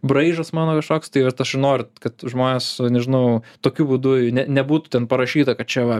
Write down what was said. braižas mano kažkoks tai vat aš ir noriu kad žmonės nežinau tokiu būdu ne nebūtų ten parašyta kad čia va